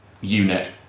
unit